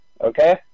Okay